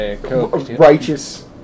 Righteous